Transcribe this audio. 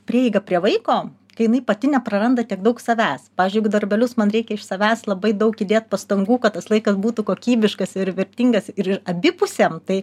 prieigą prie vaiko kai jinai pati nepraranda tiek daug savęs pavyzdžiui jeigu darbelius man reikia iš savęs labai daug įdėt pastangų kad tas laikas būtų kokybiškas ir vertingas ir abipusiam tai